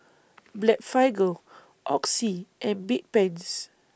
Blephagel Oxy and Bedpans